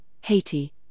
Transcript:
Haiti